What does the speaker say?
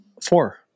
four